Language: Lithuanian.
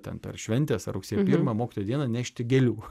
ten per šventes ar rugsėjo pirmą mokytojo dieną nešti gėlių